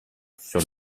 sur